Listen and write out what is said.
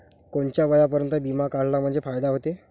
कोनच्या वर्षापर्यंत बिमा काढला म्हंजे फायदा व्हते?